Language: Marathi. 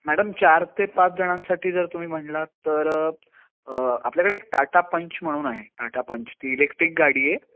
मॅडम चार ते पाच जणांसाठी जर तुम्ही म्हणालात तरं आपल्याकडे एक टाटा पंच म्हणून आहे टाटा पंच ती इलेक्ट्रिक गाडी आहे